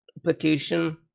application